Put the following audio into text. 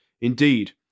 Indeed